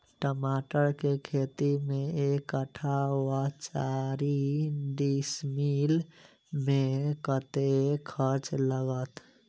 टमाटर केँ खेती मे एक कट्ठा वा चारि डीसमील मे कतेक खर्च लागत?